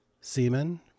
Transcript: semen